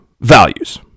Values